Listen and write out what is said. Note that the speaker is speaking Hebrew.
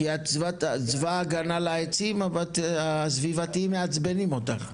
צבא הגנה לעצים, אבל הסביבתיים מעצבנים אותך.